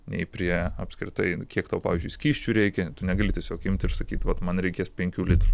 nei prie apskritai kiek tau pavyzdžiui skysčių reikia tu negali tiesiog imti ir sakyti kad man reikės penkių litrų